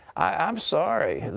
um sorry.